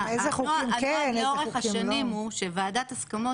הנוהג לאורך השנים הוא שוועדת הסכמות